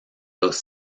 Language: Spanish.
los